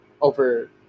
over